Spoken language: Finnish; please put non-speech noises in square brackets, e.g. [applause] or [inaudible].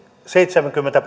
seitsemänkymmentä [unintelligible]